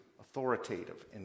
authoritative